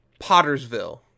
pottersville